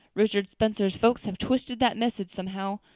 richard spencer's folks have twisted that message somehow.